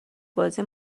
بازی